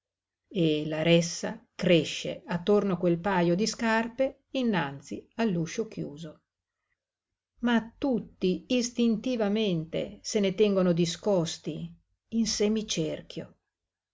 e la ressa cresce attorno a quel pajo di scarpe innanzi all'uscio chiuso ma tutti istintivamente se ne tengono discosti in semicerchio